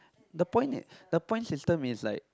the point is the point system is like